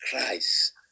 Christ